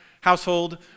household